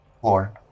Floor